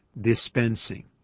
dispensing